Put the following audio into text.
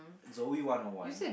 Zoey-one-O-one